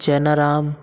Chenaram